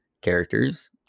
characters